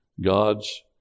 God's